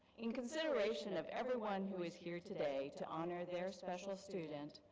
in consideration of everyone who is here today to honor their special student,